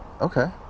Okay